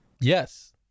Yes